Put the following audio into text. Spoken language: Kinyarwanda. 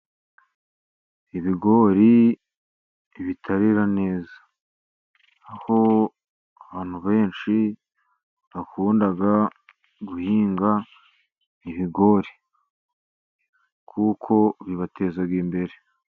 Ibigori bitarera neza aho abantu benshi bakunda guhinga ibigori kuko bibateza imbere.